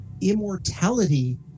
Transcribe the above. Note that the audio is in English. immortality